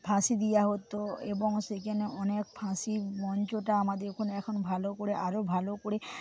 ফাঁসি দেওয়া হত এবং সেখানে অনেক ফাঁসির মঞ্চটা আমাদের ওখানে এখন ভালো করে আরও ভালো করে